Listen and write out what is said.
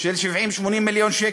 של 80-70 מיליון שקל.